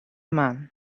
man